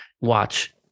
watch